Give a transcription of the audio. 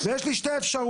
ויש לי שתי אפשרויות: